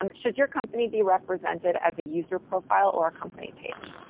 um should your company be represented as a user profile or a company page?